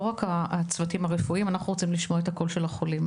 לא רק הצוותים הרפואיים אנחנו רוצים לשמוע גם את הקול של החולים.